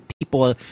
people